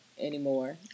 anymore